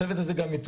הצוות הזה יתוקצב,